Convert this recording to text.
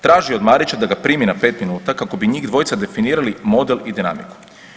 Traži od Marića da ga primi na 5 minuta kako bi njih dvojica definirali model i dinamiku.